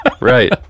right